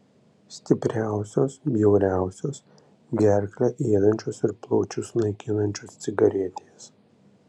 stipriausios bjauriausios gerklę ėdančios ir plaučius naikinančios cigaretės